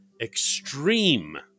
extreme